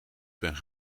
ben